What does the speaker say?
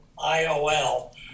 I-O-L